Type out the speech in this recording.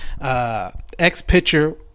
ex-pitcher